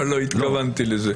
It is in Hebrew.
אבל לא התכוונתי לזה.